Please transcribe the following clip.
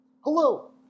Hello